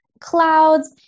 clouds